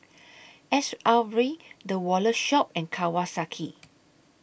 S R V The Wallet Shop and Kawasaki